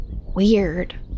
Weird